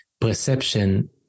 perception